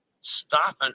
stopping